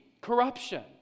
corruption